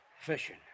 Fishing